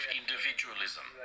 individualism